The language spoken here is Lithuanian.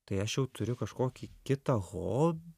tai aš jau turiu kažkokį kitą hobį